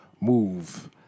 move